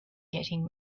getting